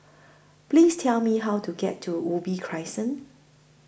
Please Tell Me How to get to Ubi Crescent